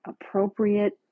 appropriate